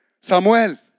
Samuel